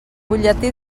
butlletí